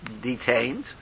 detained